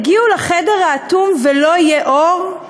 יגיעו לחדר האטום ולא יהיה אור?